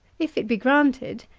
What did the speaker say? if it be granted,